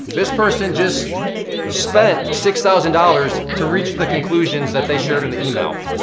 this person just spent six thousand dollars to reach the conclusions that they shared in the email.